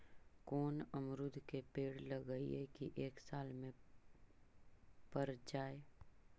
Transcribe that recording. कोन अमरुद के पेड़ लगइयै कि एक साल में पर जाएं?